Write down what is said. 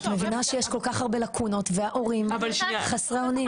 את מבינה שיש כל כך הרבה לקונות וההורים חסרי אונים.